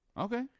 Okay